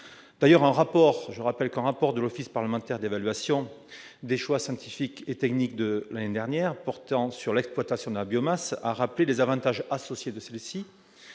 D'ailleurs, un rapport de l'Office parlementaire d'évaluation des choix scientifiques et technologiques de 2016 portant sur l'exploitation de la biomasse a rappelé les avantages associés à celle-ci